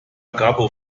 capo